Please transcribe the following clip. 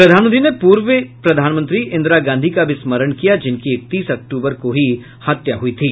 प्रधानमंत्री ने पूर्व प्रधानमंत्री इंदिरा गांधी का भी स्मरण किया जिनकी इकतीस अक्टूबर को ही हत्या हुई थी